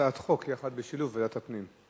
הצעת חוק בשילוב ועדת הפנים.